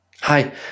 Hi